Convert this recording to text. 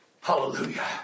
Hallelujah